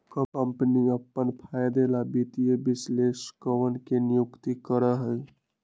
कम्पनियन अपन फायदे ला वित्तीय विश्लेषकवन के नियुक्ति करा हई